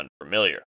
unfamiliar